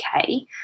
okay